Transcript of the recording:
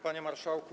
Panie Marszałku!